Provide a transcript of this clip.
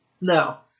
No